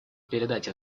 передать